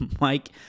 Mike